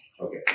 Okay